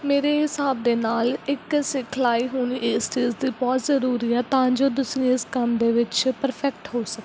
ਮੇਰੇ ਹਿਸਾਬ ਦੇ ਨਾਲ ਇੱਕ ਸਿਖਲਾਈ ਹੋਣੀ ਇਸ ਚੀਜ਼ ਦੀ ਬਹੁਤ ਜ਼ਰੂਰੀ ਆ ਤਾਂ ਜੋ ਤੁਸੀਂ ਇਸ ਕੰਮ ਦੇ ਵਿੱਚ ਪਰਫੈਕਟ ਹੋ ਸਕੋ